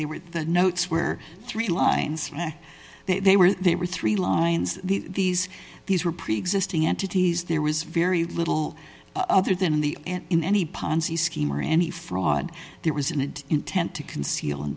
they were the notes where three lines and they were they were three lines these these were prigs listing entities there was very little other than the in any ponzi scheme or any fraud there was an intent to conceal in